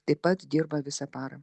taip pat dirba visą parą